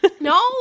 No